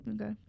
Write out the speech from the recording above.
Okay